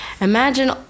imagine